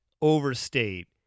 overstate